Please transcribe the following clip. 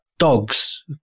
dogs